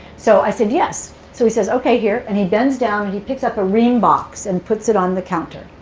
so i said, yes. so he says, ok, here. and he bends down and he picks up a ream box and puts it on the counter.